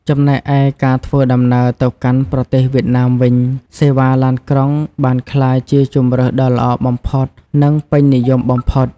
ចំណែកឯការធ្វើដំណើរទៅកាន់ប្រទេសវៀតណាមវិញ សេវាឡានក្រុងបានក្លាយជាជម្រើសដ៏ល្អបំផុតនិងពេញនិយមបំផុត។